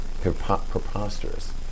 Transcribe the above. preposterous